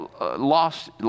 lost